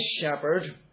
shepherd